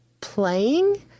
Playing